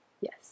Yes